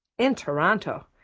in toronto.